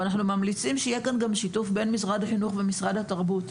ואנחנו גם ממליצים שיהיה כאן שיתוף בין משרד החינוך לבין משרד התרבות.